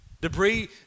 Debris